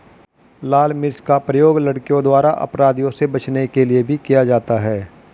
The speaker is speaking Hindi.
लाल मिर्च का प्रयोग लड़कियों द्वारा अपराधियों से बचने के लिए भी किया जाता है